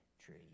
tree